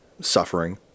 suffering